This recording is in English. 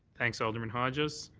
thanks, alderman hodges.